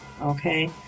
okay